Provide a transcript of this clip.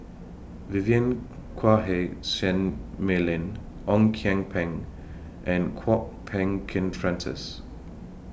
Vivien Quahe Seah Mei Lin Ong Kian Peng and Kwok Peng Kin Francis